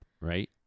right